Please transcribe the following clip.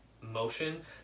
motion